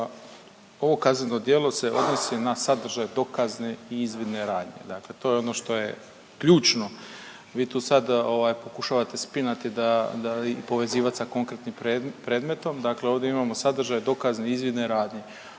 ovo kazneno djelo se odnosi na sadržaj dokazne izvidne radnje, dakle to je ono što je ključno. Vi tu sada ovaj pokušavate spinati da, da i povezivat sa konkretnim predmetom, dakle ovdje imamo sadržaj dokazne izvidne radnje.